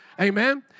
Amen